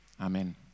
Amen